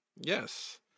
yes